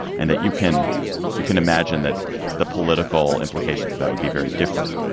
and that you can you can imagine that the political implications of that would be very different.